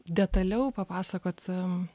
detaliau papasakot am